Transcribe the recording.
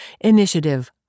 Initiative